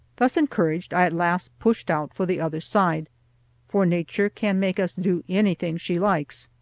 thus encouraged, i at last pushed out for the other side for nature can make us do anything she likes.